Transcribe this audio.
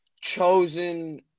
Chosen